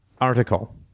article